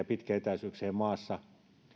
pitkien etäisyyksien maassa